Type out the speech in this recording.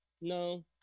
no